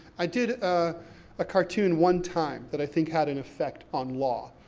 i did ah a cartoon one time, that i think had an effect on law.